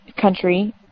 country